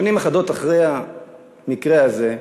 שנים אחדות אחרי המקרה הזה,